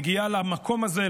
מגיעה למקום הזה,